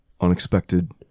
unexpected